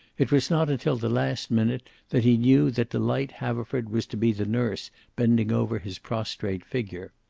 it was not until the last minute that he knew that delight haverford was to be the nurse bending over his prostrate figure.